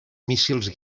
míssils